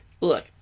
Look